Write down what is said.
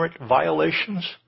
violations